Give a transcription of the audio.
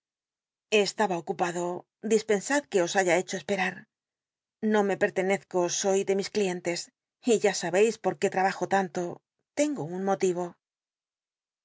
estaba ocupado dispensad que os haya hecho esperar no me pertenezco soy de mis clientes y ya sabeis por t ué lraba jo tanto tengo un motiro